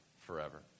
forever